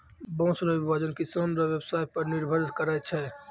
बाँस रो विभाजन किसान रो व्यवसाय पर निर्भर करै छै